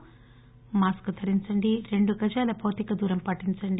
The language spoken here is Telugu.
మాస్క్ ధరించండి రెండు గజాల భౌతిక దూరం పాటించండి